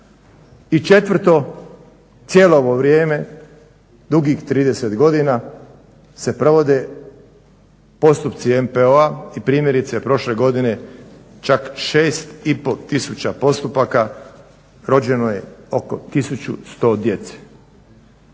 I četvrto, cijelo ovo vrijeme dugih 30 godina se provode postupci MPO-a i primjerice prošle godine čak 6,5 tisuća postupaka rođeno je oko 1100 djece.